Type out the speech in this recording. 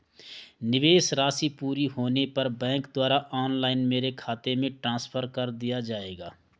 निवेश राशि पूरी होने पर बैंक द्वारा ऑनलाइन मेरे खाते में ट्रांसफर कर दिया जाएगा?